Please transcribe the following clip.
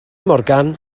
morgan